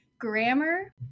Grammar